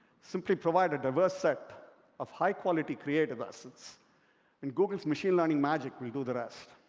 simply provide a diverse set of high-quality creative assets and google's machine learning magic will do the rest.